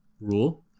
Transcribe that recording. rule